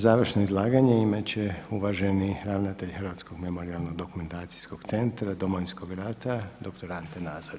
Završno izlaganje imati će uvaženi ravnatelj Hrvatskog memorijalno-dokumentacijskog centra Domovinskog rata, dr. Ante Nazor.